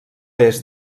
est